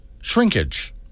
shrinkage